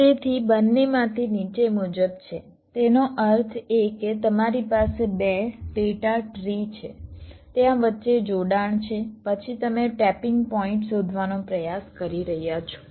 તેથી બંનેમાંથી નીચે મુજબ છે તેનો અર્થ એ કે તમારી પાસે 2 પેટા ટ્રી છે ત્યાં વચ્ચે જોડાણ છે પછી તમે ટેપિંગ પોઇન્ટ શોધવાનો પ્રયાસ કરી રહ્યા છો